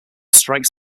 strikes